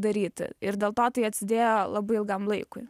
daryti ir dėl to tai atsidėjo labai ilgam laikui